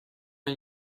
این